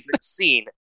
scene